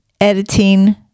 editing